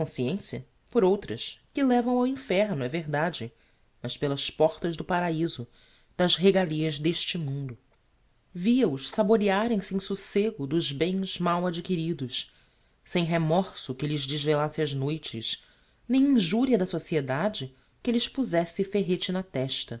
consciencia por outras que levam ao inferno é verdade mas pelas portas do paraiso das regalias d'este mundo via os saborearem se em socego dos bens mal adquiridos sem remorso que lhes desvelasse as noites nem injuria da sociedade que lhes pozesse ferrete na testa